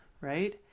right